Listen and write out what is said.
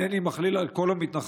אינני מכליל על כל המתנחלים,